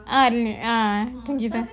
ah ah kan